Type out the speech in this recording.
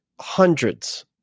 hundreds